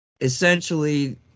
essentially